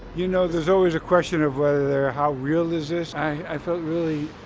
you know, there's always a question of whether how real is this. i felt really